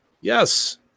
Yes